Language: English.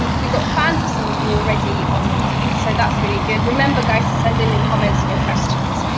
we got fans of some of your already on the line, so that's really good. remember guys, to send in your comments and your questions.